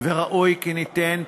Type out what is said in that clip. וראוי שניתן פתרונות,